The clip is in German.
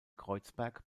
kreuzberg